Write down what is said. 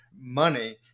money